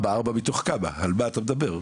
ושואלים אותי 4 מתוך כמה ועל מה אני מדבר.